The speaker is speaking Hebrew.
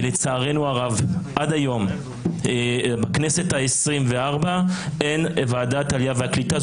ולצערנו הרב עד היום בכנסת העשרים-וארבע אין ועדת העלייה והקליטה.